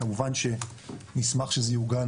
כמובן שנשמח שזה יעוגן